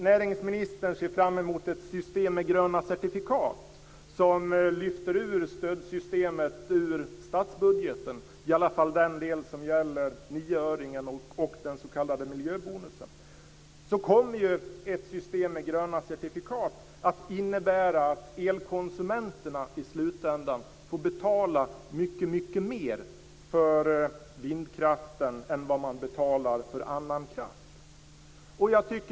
Näringsministern ser fram emot ett system med gröna certifikat, som lyfter ut stödsystemet ur statsbudgeten, i alla fall den del som gäller nioöringen och den s.k. miljöbonusen. Men ett system med gröna certifikat kommer att innebära att elkonsumenterna i slutändan får betala mycket mer för vindkraften än för annan kraft.